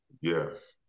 Yes